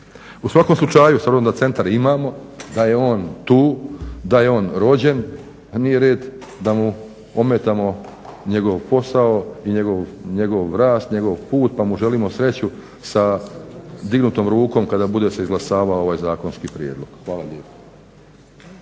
U svakom slučaju s obzirom da centar imamo, da je on tu, da je on rođen pa nije red da mu ometamo njegov posao i njegov rast, njegov put pa mu želimo sreću sa dignutom rukom kada bude se izglasavao ovaj zakonski prijedlog. Hvala lijepo.